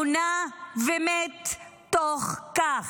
עונה ומת תוך כך.